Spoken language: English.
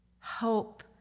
Hope